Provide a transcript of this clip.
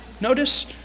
notice